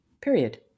period